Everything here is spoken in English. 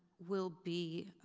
will be,